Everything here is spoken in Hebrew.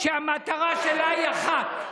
שהמטרה שלה היא אחת: